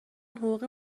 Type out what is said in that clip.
حقوق